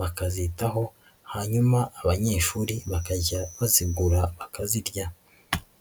bakazitaho hanyuma abanyeshuri bakajya bazigura bakazirya.